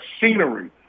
scenery